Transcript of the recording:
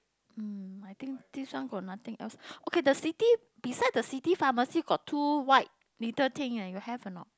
um I think this one got nothing else okay the city beside the city pharmacy got two white little thing you have or not